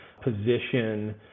Position